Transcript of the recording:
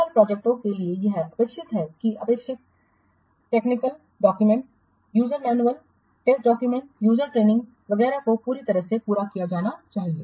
सफल प्रोजेक्टओं के लिए यह अपेक्षित है कि अपेक्षित technical document user manual test document user training वगैरह को पूरी तरह से पूरा किया जाना चाहिए